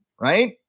right